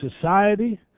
society